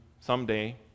someday